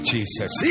Jesus